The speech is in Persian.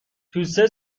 توسه